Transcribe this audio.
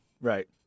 Right